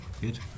Good